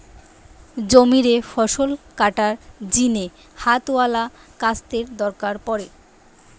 জমিরে ফসল কাটার জিনে হাতওয়ালা কাস্তের দরকার পড়ে